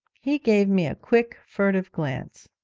he gave me a quick furtive glance.